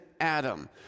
Adam